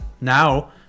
Now